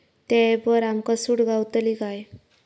त्या ऍपवर आमका सूट गावतली काय?